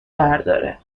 برداره